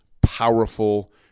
powerful